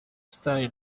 stars